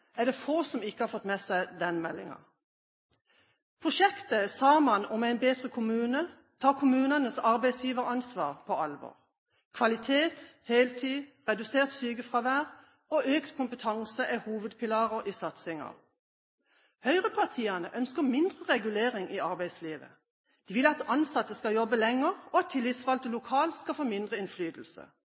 er det få som ikke har fått med seg den meldingen. Prosjektet Saman om ein betre kommune tar kommunenes arbeidsgiveransvar på alvor. Kvalitet, heltid, redusert sykefravær og økt kompetanse er hovedpilarer i satsingen. Høyrepartiene ønsker mindre regulering i arbeidslivet, at ansatte skal jobbe lenger, og at tillitsvalgte lokalt skal få mindre innflytelse.